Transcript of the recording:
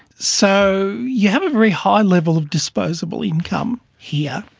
so you have a very high level of disposable income here,